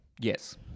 Yes